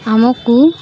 ଆମକୁ